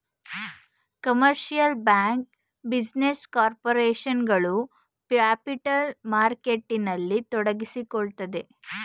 commercial bank, business corporation ಗಳು capital ಮಾರ್ಕೆಟ್ನಲ್ಲಿ ತೊಡಗಿಸಿಕೊಳ್ಳುತ್ತದೆ